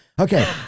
Okay